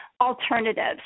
alternatives